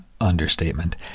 understatement